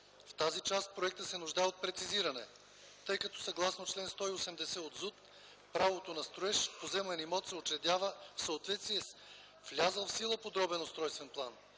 В тази част проектът се нуждае от прецизиране, тъй като съгласно чл. 180 от ЗУТ правото на строеж в поземлен имот се учредява в съответствие с влязъл в сила подробен устройствен план.